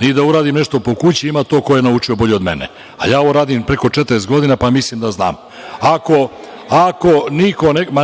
ni da uradim nešto po kući. Ima to ko je naučio bolje od mene. Ja ovo radim preko 40 godina, pa mislim da znam.